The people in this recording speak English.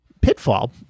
Pitfall